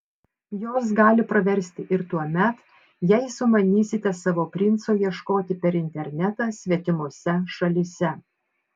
jos gali praversti ir tuomet jei sumanysite savo princo ieškoti per internetą svetimose šalyse